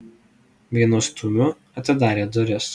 vienu stūmiu atidarė duris